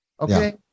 Okay